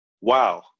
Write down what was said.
wow